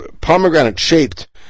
pomegranate-shaped